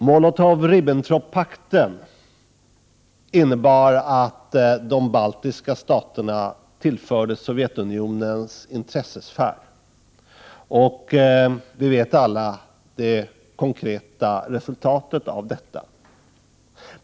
Molotov-Ribbentrop-pakten innebar att de baltiska staterna tillfördes Sovjetunionens intressesfär, och vi vet alla det konkreta resultatet av detta.